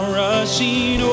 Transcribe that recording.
rushing